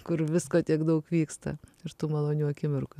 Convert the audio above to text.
kur visko tiek daug vyksta ir tų malonių akimirkų